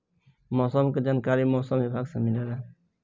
मौसम के जानकारी मौसम विभाग से मिलेला?